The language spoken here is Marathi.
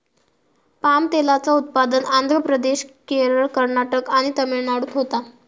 पाम तेलाचा उत्पादन आंध्र प्रदेश, केरळ, कर्नाटक आणि तमिळनाडूत होता